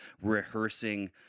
rehearsing